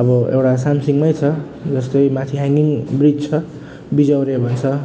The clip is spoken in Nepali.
अब एउटा सामसिङमै छ जस्तै माथि ह्याङगिङ ब्रिज छ बिजौरे भन्छ